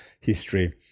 history